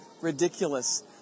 ridiculous